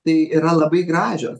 tai yra labai gražios